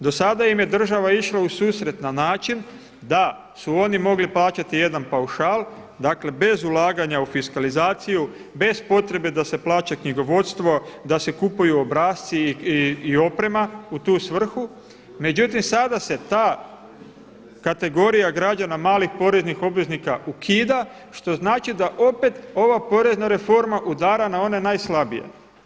Do sada im je država išla u susret na način da su oni mogli plaćati jedan paušal, dakle bez ulaganja u fiskalizaciju, bez potrebe da se plaća knjigovodstvo, da se kupuju obrasci i oprema u tu svrhu, međutim sada se ta kategorija građana malih poreznih obveznika ukida što znači da opet ova porezna reforma udara na one najslabije.